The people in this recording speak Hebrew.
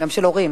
גם של הורים.